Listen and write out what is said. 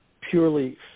purely